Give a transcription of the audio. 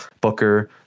Booker